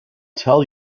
tell